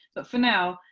but for now,